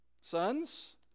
Sons